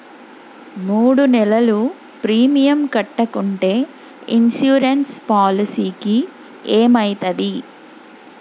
మూడు నెలలు ప్రీమియం కట్టకుంటే ఇన్సూరెన్స్ పాలసీకి ఏమైతది?